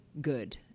good